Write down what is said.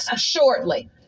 shortly